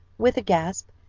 with a gasp,